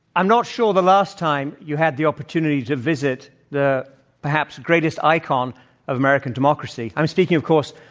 i'm not sure the last time you had the opportunity to visit the perhaps greatest icon of american democracy. i'm speaking, of course,